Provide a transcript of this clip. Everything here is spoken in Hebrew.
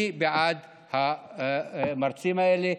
אני בעד המרצים האלה,